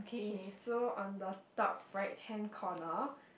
okay so on the top right hand corner